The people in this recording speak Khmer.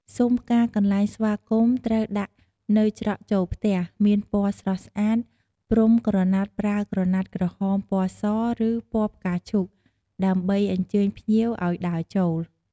ស៊ុមផ្កាកន្លែងស្វាគមន៍ត្រូវដាក់នៅច្រកចូលផ្ទះ មានពណ៌ស្រស់ស្អាត ព្រំក្រណាត់ប្រើក្រណាត់ក្រហម ពណ៌ស ឬពណ៌ផ្កាឈូក ដើម្បីអញ្ជើញភ្ញៀវឲ្យដើរចូល។